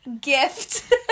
gift